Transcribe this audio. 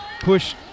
push